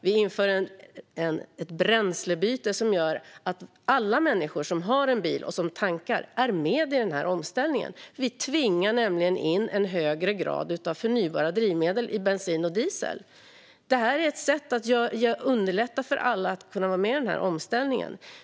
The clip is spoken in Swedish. Vi inför ett bränslebyte som gör att alla människor som har en bil och som tankar är med i omställningen. Vi tvingar nämligen in en högre grad av förnybara drivmedel i bensin och diesel, vilket är ett sätt att underlätta för alla att kunna vara med i omställningen.